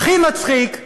הכי מצחיק,